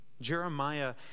Jeremiah